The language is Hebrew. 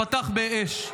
פתח באש,